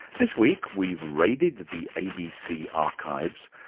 this week, we raided the abc archives,